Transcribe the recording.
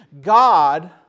God